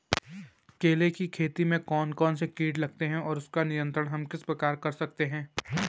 केले की खेती में कौन कौन से कीट लगते हैं और उसका नियंत्रण हम किस प्रकार करें?